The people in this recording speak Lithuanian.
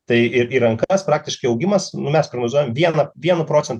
tai ir į rankas praktiškai augimas nu mes prognozuojam vieną vienu procen